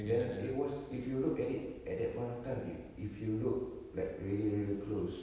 then it was if you look at it at that point of time if if you look like really really close